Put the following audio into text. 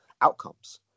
outcomes